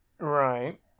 Right